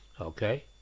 okay